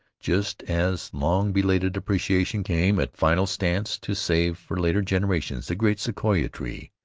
just as long-belated appreciation came at final stance to save for later generations the great sequoia tree,